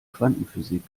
quantenphysik